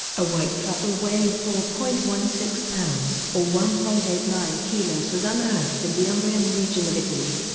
a white truffle weighing four point one six pounds or one point eight nine kilos was unearthed in the umbrian region of italy.